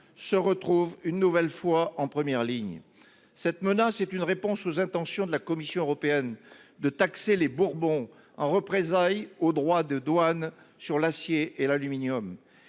se retrouve une nouvelle fois en première ligne. Cette menace est une réponse aux intentions de la Commission européenne de taxer les bourbons en représailles aux droits de douane sur l’acier et l’aluminium.